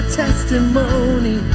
testimony